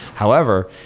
however,